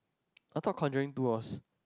I thought conjuring two was